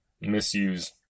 misuse